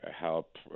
help